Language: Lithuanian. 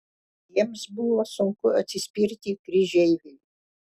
jiems buvo sunku atsispirti kryžeiviui